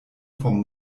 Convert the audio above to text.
vom